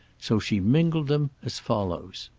so she mingled them as follows